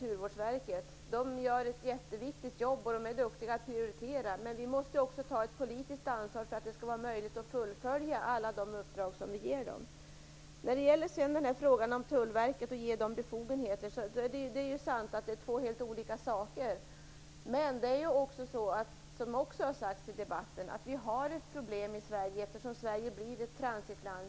Naturvårdsverket gör ett jätteviktigt jobb och är duktigt på att prioritera, men vi måste också ta ett politiskt ansvar för att det skall vara möjligt att fullfölja alla de uppdrag som vi ger Det är sant att det är två helt olika saker, detta med Tullverket och att ge det befogenheter. Men det är också så, vilket också har sagts i debatten, att vi har ett problem i Sverige, eftersom Sverige har blivit ett transitland.